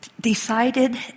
decided